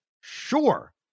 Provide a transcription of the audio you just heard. Sure